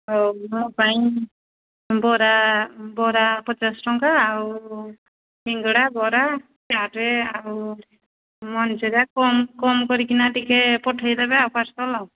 ହଉ ମୋ ପାଇଁ ବରା ବରା ପଚାଶ ଟଙ୍କା ଆଉ ସିଙ୍ଗଡ଼ା ବରା ଚାଟ୍ ଆଉ କମ୍ କମ୍ କରିକିନା ଟିକେ ପଠାଇ ଦେବେ ଆଉ ପାର୍ସଲ୍ ଆଉ